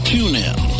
TuneIn